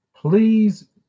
please